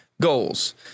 goals